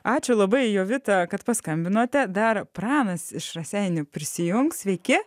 ačiū labai jovita kad paskambinote dar pranas iš raseinių prisijungs sveiki